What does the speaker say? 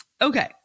Okay